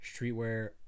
streetwear